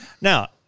Now